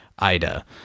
ida